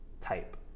type